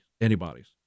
Antibodies